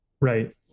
Right